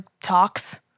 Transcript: talks